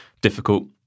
difficult